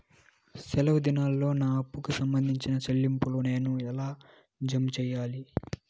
సెలవు దినాల్లో నా అప్పుకి సంబంధించిన చెల్లింపులు నేను ఎలా జామ సెయ్యాలి?